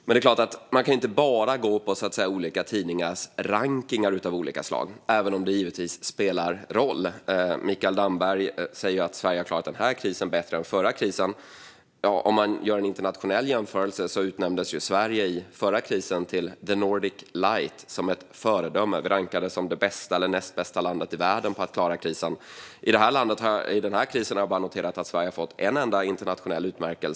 Man kan dock inte bara gå på olika tidningars rankningar av olika slag, även om detta givetvis spelar roll. Mikael Damberg säger att Sverige har klarat den här krisen bättre än den förra krisen. Men för att göra en internationell jämförelse utnämndes Sverige under den förra krisen till The Nordic Light. Sverige sågs som ett föredöme och rankades som det bästa eller näst bästa landet i världen på att klara krisen. Under den här krisen har jag bara noterat att vi i Sverige har fått en enda internationell utmärkelse.